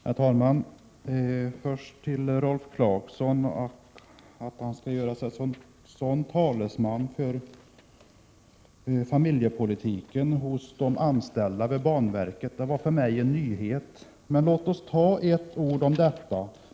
Herr talman! Först till Rolf Clarkson: Att han så gör sig till talesman för familjepolitiken beträffande de anställda vid banverket är för mig en nyhet, men låt oss då säga några ord om det.